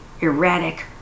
erratic